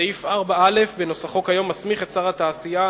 סעיף 4א בנוסחו כיום מסמיך את שר התעשייה,